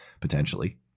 potentially